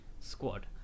squad